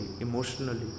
emotionally